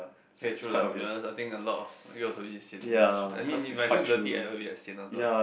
eh true lah to be honest I think a lot you also a bit sian either I mean if my shoes dirty I will get sian also